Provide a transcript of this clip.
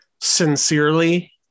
sincerely